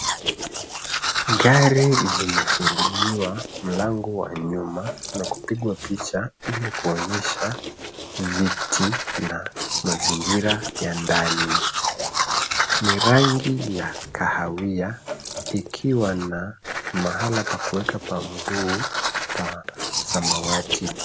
Gari limefunguliwa mlango wa nyuma na kupigwa picha ili kuonyesha viti na mazingira ya ndani. Ni rangi ya kahawia, ikiwa na mahala pa kuweka pa mguu, pa samawati.